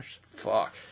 Fuck